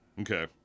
Okay